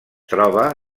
troba